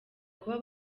kuba